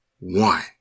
one